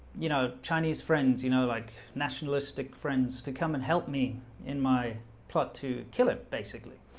you know chinese friends, you know, like nationalistic friends to come and help me in my plot to kill him basically,